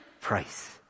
price